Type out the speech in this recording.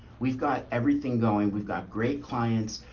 we've got everything going. we've got great clients.